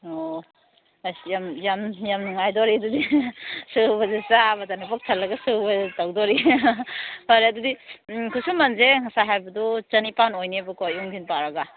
ꯑꯣ ꯑꯁ ꯌꯥꯝ ꯅꯨꯡꯉꯥꯏꯗꯣꯔꯤ ꯑꯗꯨꯗꯤ ꯁꯨꯕꯁꯦ ꯆꯥꯕꯗꯅ ꯄꯨꯛ ꯊꯜꯂꯒ ꯁꯨꯕꯗꯨ ꯇꯧꯗꯣꯔꯤ ꯐꯔꯦ ꯑꯗꯨꯗꯤ ꯈꯨꯁꯨꯃꯟꯁꯦ ꯉꯁꯥꯏ ꯍꯥꯏꯕꯗꯨ ꯆꯥꯅꯤꯄꯥꯟ ꯑꯣꯏꯅꯦꯕꯀꯣ ꯑꯌꯨꯛ ꯅꯨꯡꯊꯤꯟ ꯄꯥꯜꯂꯒ